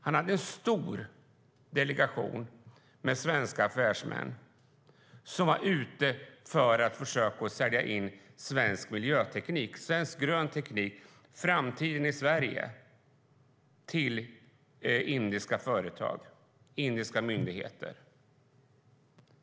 Han hade en stor delegation med svenska affärsmän som var ute efter att försöka sälja in svensk miljöteknik, svensk grön teknik - framtiden i Sverige - till indiska företag och myndigheter.